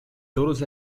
todos